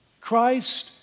Christ